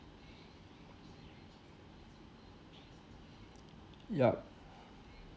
ya